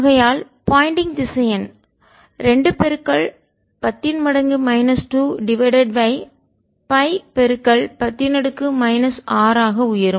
ஆகையால்போயண்டிங் திசையன் 2 10 2 divided by pi10 6 ஆக உயரும்